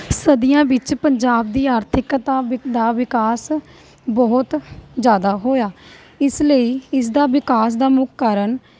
ਸਦੀਆਂ ਵਿੱਚ ਪੰਜਾਬ ਦੀ ਆਰਥਿਕਤਾ ਵਿ ਦਾ ਵਿਕਾਸ ਬਹੁਤ ਜ਼ਿਆਦਾ ਹੋਇਆ ਇਸ ਲਈ ਇਸਦਾ ਵਿਕਾਸ ਦਾ ਮੁੱਖ ਕਾਰਨ